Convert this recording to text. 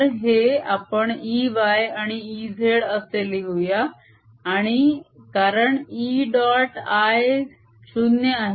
तर हे आपण Ey आणि Ez असे लिहूया आणि कारण Eडॉट i 0 आहे